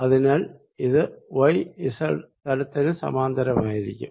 അതിനാൽ ഇത് Y Z തലത്തിന് സമാന്തരമായിരിക്കും